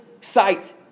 sight